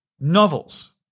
novels